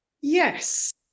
yes